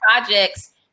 projects